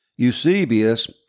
Eusebius